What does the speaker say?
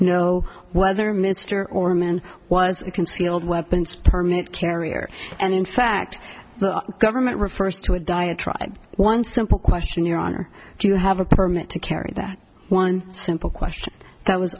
know whether mr orman was a concealed weapons permit carrier and in fact the government refers to a diatribe one simple question your honor do you have a permit to carry that one simple question that was